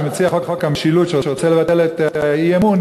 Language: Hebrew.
שמציע את חוק המשילות שרוצה לבטל את האי-אמון,